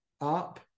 up